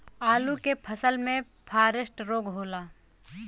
आलू के फसल मे फारेस्ट रोग होला?